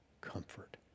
comfort